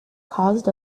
caused